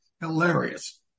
hilarious